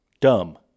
Dumb